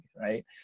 Right